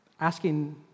Asking